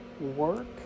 work